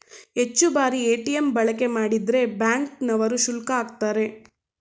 ಹೆಚ್ಚು ಬಾರಿ ಎ.ಟಿ.ಎಂ ಬಳಕೆ ಮಾಡಿದ್ರೆ ಬ್ಯಾಂಕ್ ನವರು ಶುಲ್ಕ ಆಕ್ತರೆ